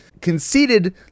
conceded